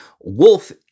Wolf